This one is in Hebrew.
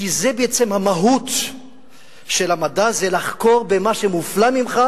כי זו המהות של המדע: לחקור במה שמופלא ממך,